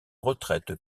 retraite